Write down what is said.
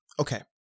okay